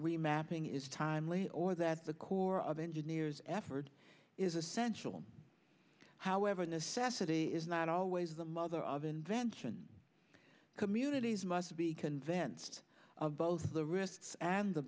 remapping is timely or that the corps of engineers efford is essential however necessity is not always the mother of invention communities must be convinced of both the risks and the